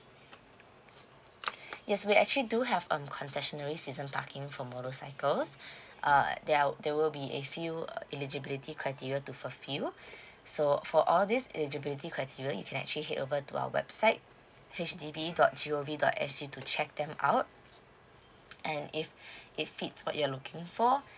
yes we actually do have um concessionary season parking for motorcycles err there are there will be a few if you uh eligibility criteria to fulfill so for all these eligibility criteria you can actually head over to our website H D B dot G O V dot S G to check them out and if it first what you are looking